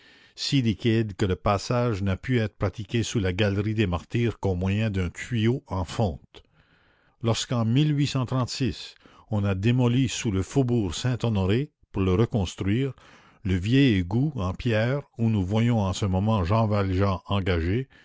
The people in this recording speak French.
si liquides que le passage n'a pu être pratiqué sous la galerie des martyrs qu'au moyen d'un tuyau en fonte lorsqu'en on a démoli sous le faubourg saint-honoré pour le reconstruire le vieil égout en pierre où nous voyons en ce moment jean valjean engagé